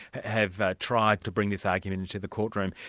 have tried to bring this argument into the courtroom.